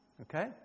Okay